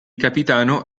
capitano